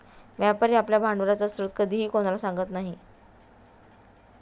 व्यापारी आपल्या भांडवलाचा स्रोत कधीच कोणालाही सांगत नाही